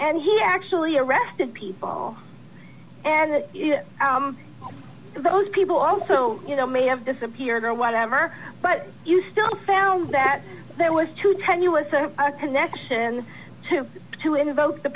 and he actually arrested people and those people also you know may have disappeared or whatever but you still found that there was too tenuous connection to to invoke the